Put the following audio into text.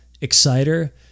Exciter